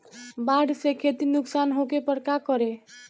बाढ़ से खेती नुकसान होखे पर का करे?